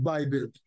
Bible